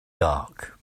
dark